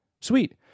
sweet